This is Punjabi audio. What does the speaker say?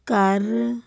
ਕਰ